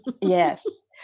Yes